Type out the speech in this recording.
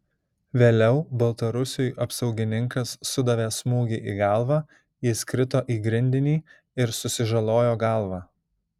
vėliau baltarusiui apsaugininkas sudavė smūgį į galvą jis krito į grindinį ir susižalojo galvą